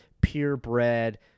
purebred